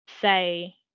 say